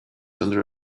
under